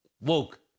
woke